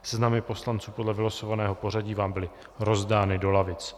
Seznamy poslanců podle vylosovaného pořadí vám byly rozdány do lavic.